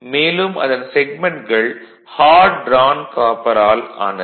மேலும் அதன் செக்மென்ட்கள் ஹார்ட் ட்ரான் காப்பரால் ஆனது